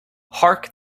hark